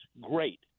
great